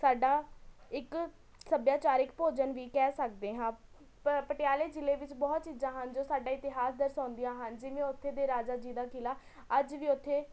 ਸਾਡਾ ਇੱਕ ਸੱਭਿਆਚਾਰਿਕ ਭੋਜਨ ਵੀ ਕਹਿ ਸਕਦੇ ਹਾਂ ਪ ਪਟਿਆਲੇ ਜ਼ਿਲ੍ਹੇ ਵਿੱਚ ਬਹੁਤ ਚੀਜ਼ਾਂ ਹਨ ਜੋ ਸਾਡਾ ਇਤਿਹਾਸ ਦਰਸਾਉਂਦੀਆ ਹਨ ਜਿਵੇਂ ਉੱਥੇ ਦੇ ਰਾਜਾ ਜੀ ਦਾ ਕਿਲ੍ਹਾ ਅੱਜ ਵੀ ਉੱਥੇ